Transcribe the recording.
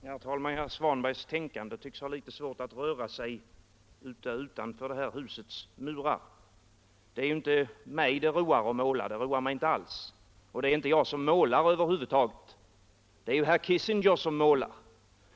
Herr talman! Det tycks vara litet svårt för herr Svanbergs tankar att röra sig utanför det här husets murar. Det är inte mig det roar att måla, det roar mig inte alls. Det är inte jag som målar över huvud taget. Det är herr Kissinger som målar.